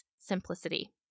Simplicity